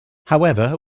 however